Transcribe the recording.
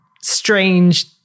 strange